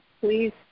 please